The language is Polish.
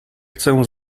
chcę